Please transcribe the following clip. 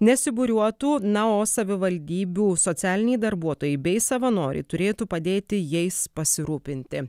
nesibūriuotų na o savivaldybių socialiniai darbuotojai bei savanoriai turėtų padėti jais pasirūpinti